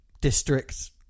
Districts